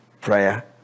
prayer